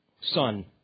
son